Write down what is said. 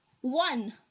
One